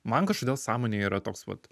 man kažkodėl sąmonėj yra toks vat